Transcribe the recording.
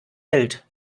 welt